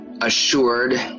assured